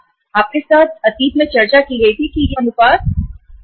मैंने आपके साथ चर्चा की थी कि यह अनुपात पहले 21 था